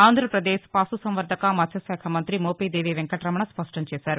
ఆంధ్రాపదేశ్ పశు సంవర్ణక మత్స్యశాఖ మంత్రి మోపిదేవి వెంకటరమణ స్పష్ణం చేశారు